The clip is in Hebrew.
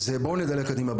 אז בואו נדלג קדימה,